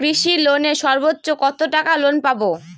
কৃষি লোনে সর্বোচ্চ কত টাকা লোন পাবো?